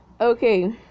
okay